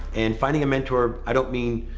and finding a mentor, i don't mean